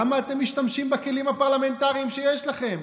למה אתם לא משתמשים בכלים הפרלמנטריים שיש לכם?